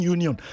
Union